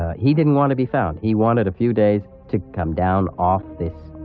he didn't want to be found. he wanted a few days to come down off this